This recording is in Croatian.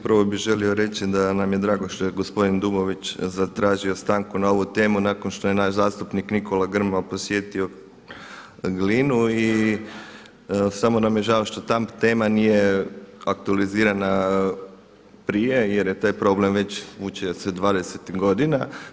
Prvo bih želio reći da nam je drago što je gospodin Dumović zatražio stanku na ovu temu nakon što je naš zastupnik Nikola Grmoja posjetio Glinu i samo nam je žao što ta tema nije aktualizirana prije jer se taj problem već vuče se 20 godina.